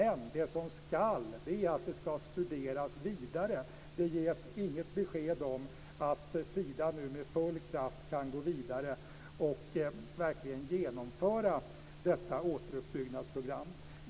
Men det som "skall" göras är att man skall fortsätta att studera frågan. Det ges inget besked om att Sida kan gå vidare med full kraft och verkligen genomföra återuppbyggnadsprogrammet.